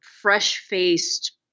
fresh-faced